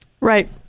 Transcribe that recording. Right